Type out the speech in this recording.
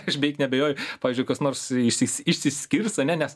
aš beik neabejoju pavyzdžiui kas nors išsis išsiskirs ane nes